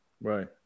Right